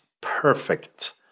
perfect